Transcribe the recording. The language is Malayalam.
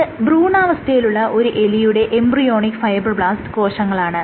ഇത് ഭ്രൂണാവസ്ഥയിലുള്ള ഒരു എലിയുടെ എംബ്രിയോണിക് ഫൈബ്രോബ്ലാസ്റ് കോശങ്ങളാണ്